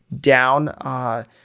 down